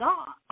God